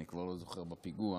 אני כבר לא זוכר, בפיגוע